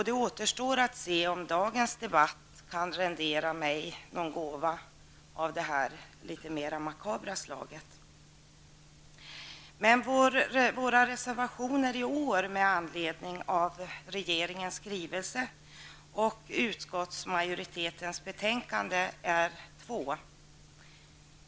Det återstår att se om dagens debatt kommer att rendera mig en gåva av det här litet makabra slaget. Vänsterpartiets reservationer i år med anledning av regeringens skrivelse och utskottsmajoritetens betänkande är två.